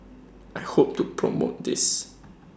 I hope to promote this